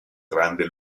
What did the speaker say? grande